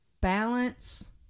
balance